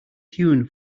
hewn